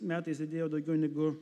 metais didėjo daugiau negu